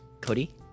Cody